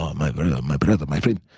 um my my brother, my friend,